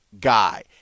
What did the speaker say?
guy